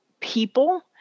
people